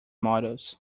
models